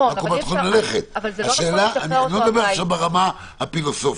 אנחנו לא מדברים ברמה הפילוסופית.